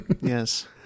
Yes